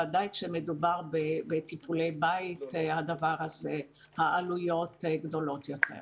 ובוודאי כשמדובר בטיפולי בית העלויות גדולות יותר.